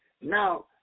Now